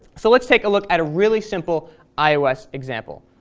so let's take a look at a really simple ios example.